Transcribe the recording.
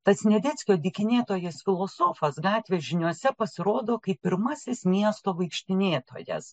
tad sniadeckio dykinėtojas filosofas gatvių žiniose pasirodo kaip pirmasis miesto vaikštinėtojas